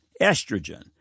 Estrogen